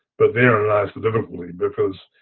but there lies a difficulty because